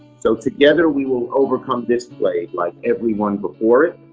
so, together we will overcome this plague like everyone before it,